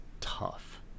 tough